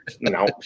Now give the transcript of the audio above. No